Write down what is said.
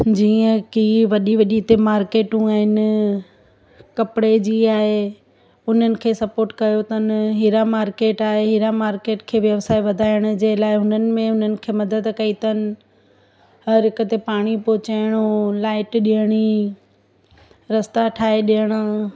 जीअं की वॾी वॾी हिते मार्केटूं आहिनि कपिड़े जी आहे हुननि खे सपोर्ट कयो अथनि हीरा मार्केट आहे हीरा मार्केट खे व्यवसाय वधाइण जे लाइ हुननि में हुननि खे मदद कई अथनि हर हिक ते पाणी पहुचाइणो लाइट ॾियणी रस्ता ठाहे ॾियणा